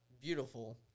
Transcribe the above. beautiful